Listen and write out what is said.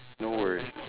no worries